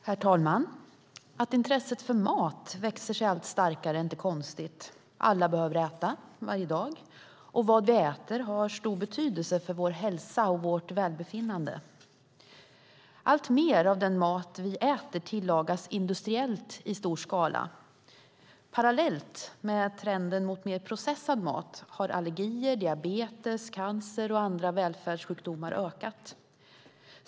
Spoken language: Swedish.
Herr talman! Att intresset för mat växer sig allt starkare är inte konstigt. Alla behöver äta, varje dag, och vad vi äter har stor betydelse för vår hälsa och vårt välbefinnande. Alltmer av den mat vi äter tillagas industriellt och i stor skala. Parallellt med trenden mot mer processad mat har allergier, diabetes, cancer och andra välfärdssjukdomar ökat.